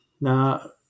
Now